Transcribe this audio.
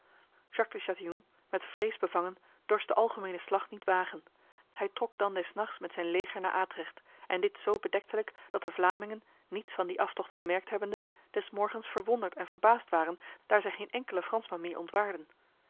met vrees bevangen dorst de algemene slag niet wagen hij trok dan des nachts met zijn leger naar atrecht en dit zo bedektelijk dat de vlamingen niets van die aftocht gemerkt hebbende des morgens verwonderd en verbaasd waren daar zij geen enkele fransman meer ontwaarden